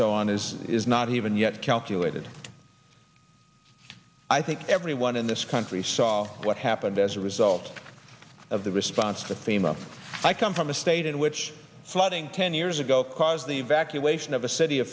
so on is is not even yet calculated i think everyone in this country saw what happened as a result of the response to famous i come from a state in which flooding ten years ago caused the evacuation of a city